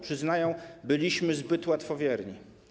Przyznają: byliśmy zbyt łatwowierni.